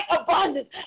abundance